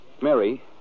Mary